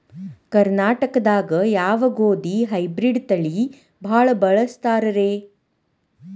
ಕರ್ನಾಟಕದಾಗ ಯಾವ ಗೋಧಿ ಹೈಬ್ರಿಡ್ ತಳಿ ಭಾಳ ಬಳಸ್ತಾರ ರೇ?